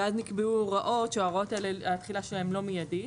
ואז נקבעו הוראות ,שההוראות האלה התחילה שלהן היא לא מידית,